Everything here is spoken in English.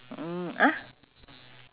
only one place eh